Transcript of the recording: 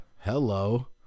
hello